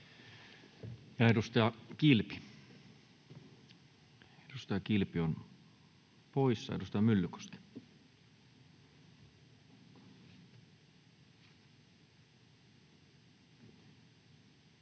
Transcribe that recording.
Edustaja Kilpi on poissa. — Edustaja Myllykoski.